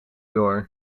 door